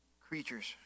creatures